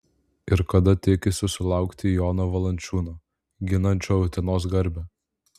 ir kada tikisi sulaukti jono valančiūno ginančio utenos garbę